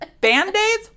Band-aids